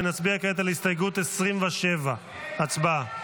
נצביע כעת על הסתייגות 27. הצבעה.